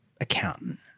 accountant